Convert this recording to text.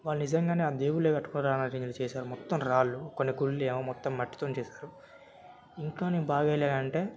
వాళ్ళు నిజంగానే ఆ దేవుళ్ళే కట్టుకున్నారు అన్నట్టుగా చేశారా మొత్తం రాళ్ళు కొన్ని గుడులేమో మొత్తం మట్టితోనే చేశారు ఇంకా నేను బాగా ఎళ్ళానంటే